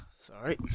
sorry